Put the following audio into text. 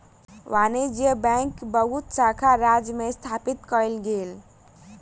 वाणिज्य बैंकक बहुत शाखा राज्य में स्थापित कएल गेल